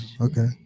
Okay